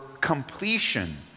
completion